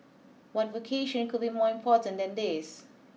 what vocation could be more important than this